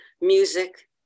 music